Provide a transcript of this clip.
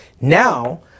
Now